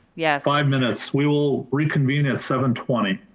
yeah five minutes. we will reconvene at seven twenty.